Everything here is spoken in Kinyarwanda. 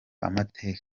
amateka